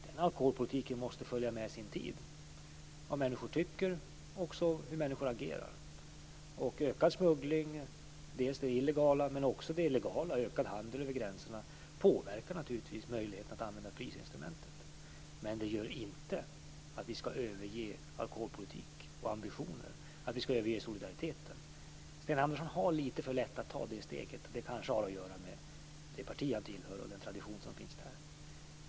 Den alkoholpolitiken måste följa med sin tid, vad människor tycker och hur människor agerar. Ökad illegal smuggling men även ökad legal handel över gränserna påverkar naturligtvis möjligheterna att använda prisinstrumentet. Men detta innebär inte att vi skall överge alkoholpolitik och ambitioner eller att vi skall överge solidariteten. Sten Andersson har litet för lätt att ta det steget. Det har kanske att göra med det parti ha tillhör och den tradition som finns där.